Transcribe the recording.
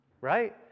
right